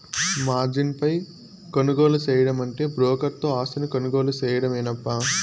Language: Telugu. మార్జిన్ పై కొనుగోలు సేయడమంటే బ్రోకర్ తో ఆస్తిని కొనుగోలు సేయడమేనప్పా